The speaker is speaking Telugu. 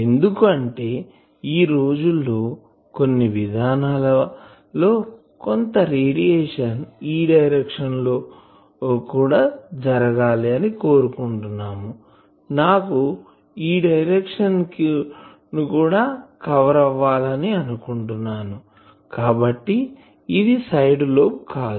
ఎందుకు అంటే ఈ రోజుల్లో కొన్ని విధానాల లో కొంత రేడియేషన్ ఈ డైరెక్షన్ లో కూడా జరగాలి అని కోరుకుంటున్నాము నాకు ఈ డైరెక్షన్ ని కూడా కవర్ అవ్వాలి అని అనుకుంటున్నాను కాబట్టి ఇది సైడ్ లోబ్ కాదు